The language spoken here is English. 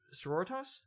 sororitas